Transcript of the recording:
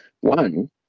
one